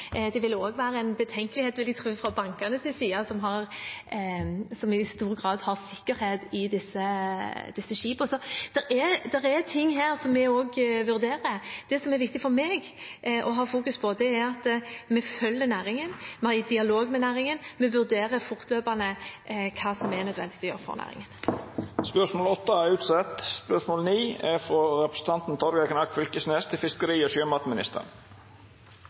det for norske verft. Det ville også være betenkelig for bankene, vil jeg tro, som i stor grad har sikkerhet i disse skipene. Så det er ting ved dette som vi vurderer. Det som er viktig for meg å fokusere på, er at vi følger næringen, vi er i dialog med næringen, og vi vurderer fortløpende hva som er nødvendig å gjøre for næringen. Dette spørsmålet er utsett til neste spørjetime. «Statsråden engasjerte seg i forlatte teiner på nordlandskysten i sommer. Kystvakten og